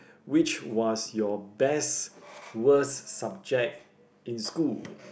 which was your best worst subject in school